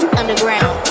underground